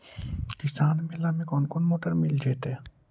किसान मेला में कोन कोन मोटर मिल जैतै?